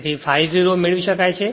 તેથી ∅ 0 મેળવી શકાય છે